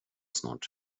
snart